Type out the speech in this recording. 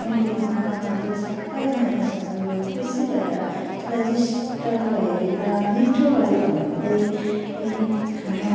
मैले खाना बनाएको त सबै मानिसहरू खुसी भएर स्वादिष्ट भएर मिठो भयो भन्दै खाना